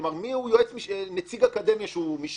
כלומר: מי הוא נציג אקדמיה שהוא משלנו,